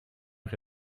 che